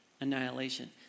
annihilation